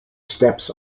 steps